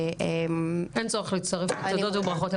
אין צורך להצטרף לתודות ולברכות.